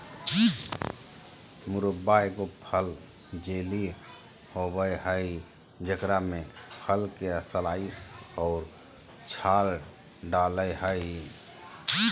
मुरब्बा एगो फल जेली होबय हइ जेकरा में फल के स्लाइस और छाल डालय हइ